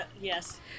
Yes